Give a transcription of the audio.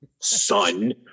son